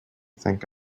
think